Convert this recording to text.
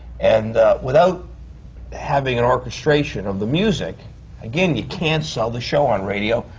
and without having an orchestration of the music again, you can't sell the show on radio,